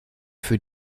für